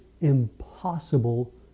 impossible